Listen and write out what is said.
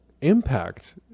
impact